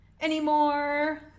anymore